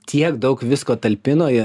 tiek daug visko talpino